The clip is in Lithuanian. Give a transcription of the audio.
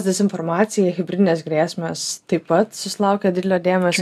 dezinformacija hibridinės grėsmes taip pat susilaukia didelio dėmesio